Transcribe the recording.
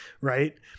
right